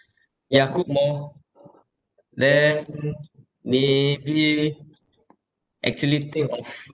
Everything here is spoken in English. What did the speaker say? ya cook more then maybe actually think of